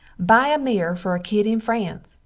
buy a mirror fer a kid in france,